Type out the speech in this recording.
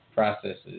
Processes